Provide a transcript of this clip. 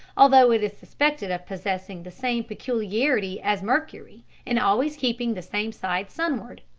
although it is suspected of possessing the same peculiarity as mercury, in always keeping the same side sunward.